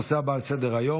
הנושא הבא על סדר-היום,